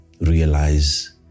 realize